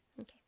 okay